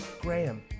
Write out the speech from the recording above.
Graham